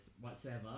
whatsoever